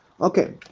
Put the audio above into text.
Okay